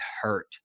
hurt